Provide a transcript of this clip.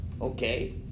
okay